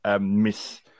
miss